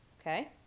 Okay